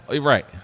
Right